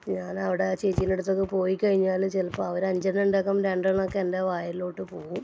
ഞാനവിടെ ആ ചേച്ചിൻ്റെ അടുത്തൊക്കെ പോയി കഴിഞ്ഞാൽ ചിലപ്പോൾ അവർ അഞ്ചെണ്ണം ഉണ്ടാകും രണ്ടെണ്ണമൊക്കെ എൻ്റെ വായിലോട്ട് പോകും